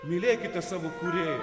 mylėkite savo kurėją